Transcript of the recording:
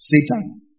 Satan